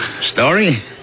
Story